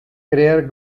crear